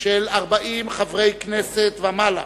של 40 חברי הכנסת ומעלה